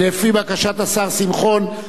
לפי בקשת השר שמחון,